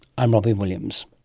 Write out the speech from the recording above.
i'm robyn williams